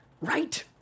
right